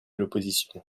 l’opposition